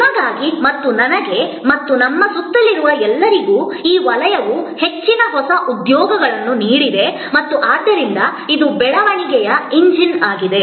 ನಿಮಗಾಗಿ ಮತ್ತು ನನಗೆ ಮತ್ತು ನಮ್ಮ ಸುತ್ತಲಿರುವ ಎಲ್ಲರಿಗೂ ಈ ವಲಯವು ಹೆಚ್ಚಿನ ಹೊಸ ಉದ್ಯೋಗಗಳನ್ನು ನೀಡಿದೆ ಮತ್ತು ಆದ್ದರಿಂದ ಇದು ಬೆಳವಣಿಗೆಯ ಎಂಜಿನ್ ಆಗಿದೆ